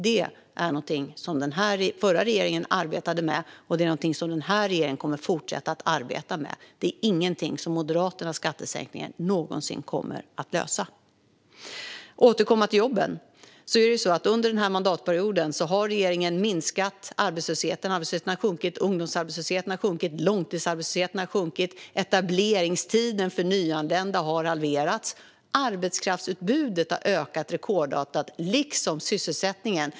Det är någonting som den förra regeringen arbetade med, och det är någonting som denna regering kommer att fortsätta att arbeta med. Det är ingenting som Moderaternas skattesänkningar någonsin kommer att lösa. Under den här mandatperioden har regeringen minskat arbetslösheten. Arbetslösheten har sjunkit. Ungdomsarbetslösheten har sjunkit. Långtidsarbetslösheten har sjunkit. Etableringstiden för nyanlända har halverats. Arbetskraftsutbudet har ökat rekordartat, liksom sysselsättningen.